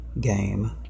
game